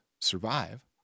survive